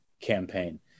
campaign